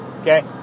Okay